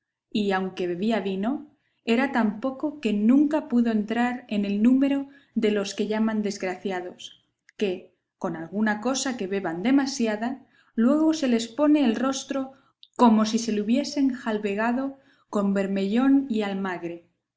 y aunque bebía vino era tan poco que nunca pudo entrar en el número de los que llaman desgraciados que con alguna cosa que beban demasiada luego se les pone el rostro como si se le hubiesen jalbegado con bermellón y almagre